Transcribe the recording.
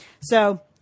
So-